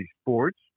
Sports